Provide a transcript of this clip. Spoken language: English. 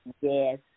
Yes